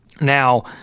Now